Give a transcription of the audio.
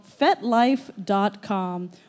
FetLife.com